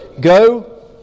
go